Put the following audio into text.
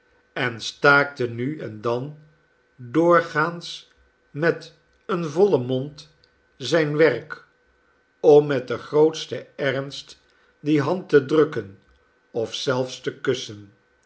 en staakte nu en dan doorgaans met een vollen mond zijn werk om met den grootsten ernst die hand te drukken of zelfs te kussen